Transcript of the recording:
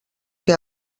que